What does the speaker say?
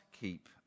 keep